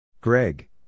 Greg